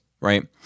Right